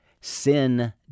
Sin